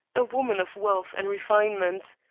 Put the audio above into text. a woman of wealth and refinement,